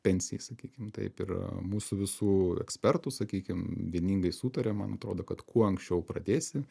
pensijai sakykim taip ir mūsų visų ekspertų sakykim vieningai sutaria man atrodo kad kuo anksčiau pradėsi